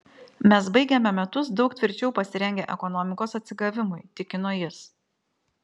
mes baigiame metus daug tvirčiau pasirengę ekonomikos atsigavimui tikino jis